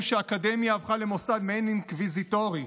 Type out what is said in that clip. שהאקדמיה הפכה למוסד מעין אינקוויזיטורי: